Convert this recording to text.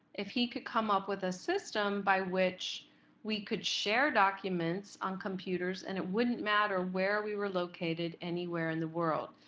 if he could come up with a system by which we could share documents on computers, and it wouldn't matter where we were located anywhere in the world.